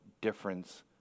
difference